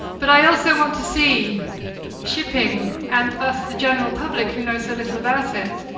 but i also want to see shipping, and us, the general public, who know so little about it,